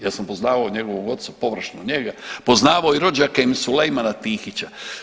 Ja sam poznavao njegovog oca, površno njega, poznavao i rođake im Sulejmana Tihića.